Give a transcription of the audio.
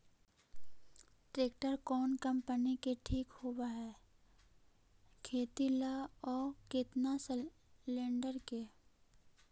Tractor कोन company के ठीक होब है खेती ल औ केतना सलेणडर के?